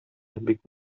бик